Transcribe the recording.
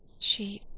she.